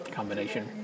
combination